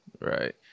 Right